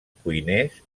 cuiners